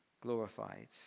glorified